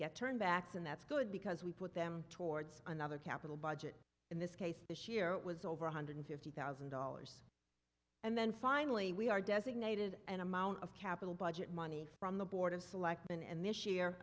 get turned backs and that's good because we put them towards another capital budget in this case this year it was over one hundred fifty thousand dollars and then finally we are designated an amount of capital budget money from the board of selectmen and this year